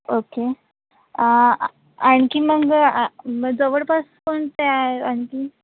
okay आणखी मग मग जवळपास कोणते आहे आणखी